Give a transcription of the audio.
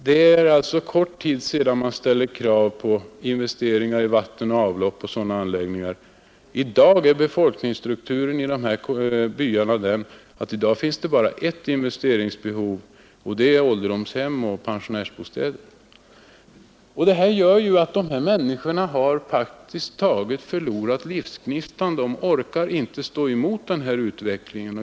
Det är alltså kort tid sedan man ställde krav på investeringar i vatten och avlopp och sådana anläggningar. I dag är befolkningsstrukturen i byarna sådan att det bara finns ett investeringsbehov, och det gäller ålderdomshem och pensionärsbostäder. Det här har gjort att människorna där uppe praktiskt taget har förlorat livsgnistan. De orkar inte stå emot utvecklingen.